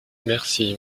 merci